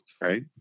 right